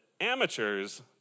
amateurs